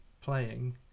playing